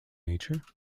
nature